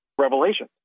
Revelation